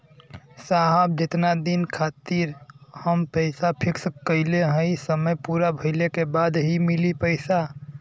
साहब जेतना दिन खातिर हम पैसा फिक्स करले हई समय पूरा भइले के बाद ही मिली पैसा?